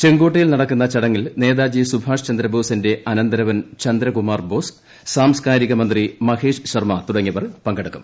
ചെങ്കോട്ട യിൽ നടക്കുന്ന ചടങ്ങിൽ നേതാജി സുഭാഷ് ചന്ദ്രബോസിന്റെ അനന്ത രവൻ ചന്ദ്രകുമാർ ബോസ് സാംസ്കാരിക മന്ത്രി മഹേഷ് ശർമ്മ തുട ങ്ങിയവർ പങ്കെടുക്കും